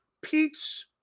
Pete's